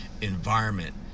environment